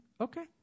okay